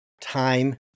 Time